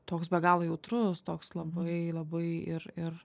toks be galo jautrus toks labai labai ir ir